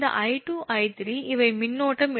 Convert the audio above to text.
இந்த 𝐼2 𝐼3 இவை மின்னோட்டம்